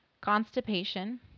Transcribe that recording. constipation